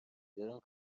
بیارم